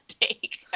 take